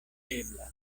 ebla